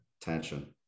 tension